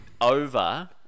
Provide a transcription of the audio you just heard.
over